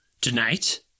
To-night